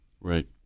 Right